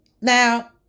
Now